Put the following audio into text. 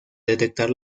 detectar